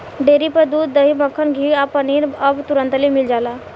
dairy पर दूध, दही, मक्खन, घीव आ पनीर अब तुरंतले मिल जाता